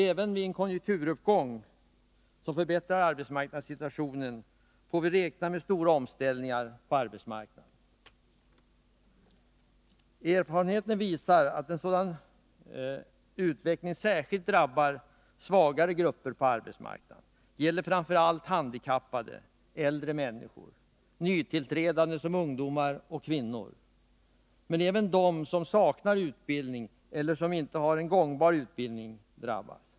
Även om en konjunkturuppgång skulle förbättra arbetsmarknadssituationen, får vi räkna med stora omställningar på arbetsmarknaden. Erfarenheten visar att en sådan utveckling drabbar särskilt de svagare grupperna på arbetsmarknaden. Det gäller framför allt de handikappade, de gamla och de nytillträdande på arbetsmarknaden, såsom ungdomar och kvinnor, men även de som saknar utbildning eller som inte har en gångbar utbildning drabbas.